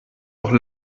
doch